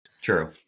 True